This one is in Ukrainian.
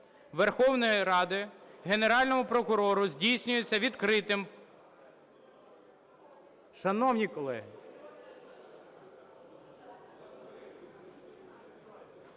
Верховною Радою Генеральному прокурору здійснюється відкритим…